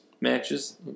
matches